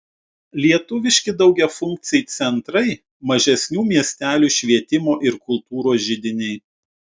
lietuviški daugiafunkciai centrai mažesnių miestelių švietimo ir kultūros židiniai